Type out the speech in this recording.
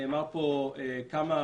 זה נתון